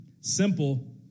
Simple